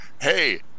hey